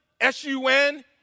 S-U-N